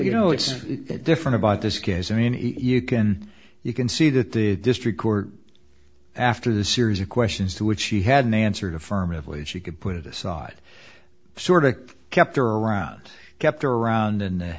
you know it's different about this case i mean eat you can you can see that the district court after the series of questions to which she hadn't answered affirmatively if she could put it aside sort of kept her around kept her around and the